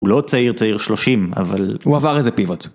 הוא לא צעיר, צעיר שלושים, אבל... הוא עבר איזה פיווט.